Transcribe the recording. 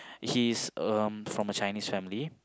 he's um from a Chinese family